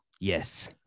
Yes